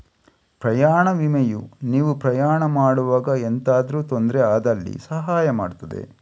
ಪ್ರಯಾಣ ವಿಮೆಯು ನೀವು ಪ್ರಯಾಣ ಮಾಡುವಾಗ ಎಂತಾದ್ರೂ ತೊಂದ್ರೆ ಆದಲ್ಲಿ ಸಹಾಯ ಮಾಡ್ತದೆ